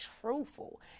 truthful